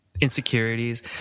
insecurities